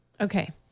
okay